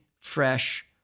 fresh